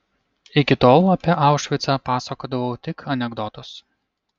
iki tol apie aušvicą pasakodavau tik anekdotus